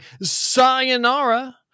sayonara